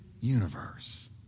universe